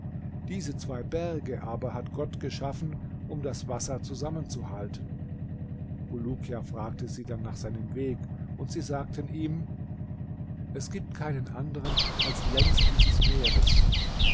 diese zwei berge aber hat gott geschaffen um das wasser zusammenzuhalten bulukia fragte sie dann nach seinem weg und sie sagten ihm es gibt keinen anderen als längs dieses meeres